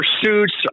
pursuits